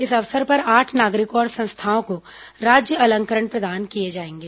इस अवसर पर आठ नागरिकों और संस्थाओं को राज्य अलंकरण प्रदान किए जाएंगे